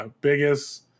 biggest